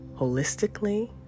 holistically